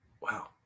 wow